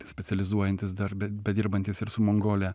specializuojantis dar be bedirbantis ir su mongolija